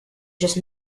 just